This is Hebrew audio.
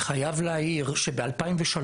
אני חייב להעיר שב-2003,